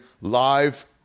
live